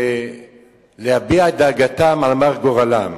ולהביע את דאגתם על מר גורלם.